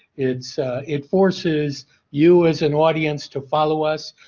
its it forces you as an audience to follow us.